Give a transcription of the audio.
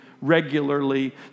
regularly